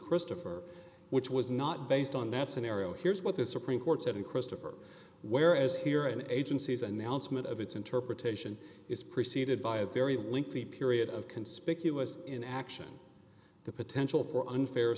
christopher which was not based on that scenario here's what the supreme court said in christopher whereas here an agency's announcement of its interpretation is preceded by a very lengthy period of conspicuous in action the potential for unfair